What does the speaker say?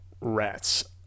rats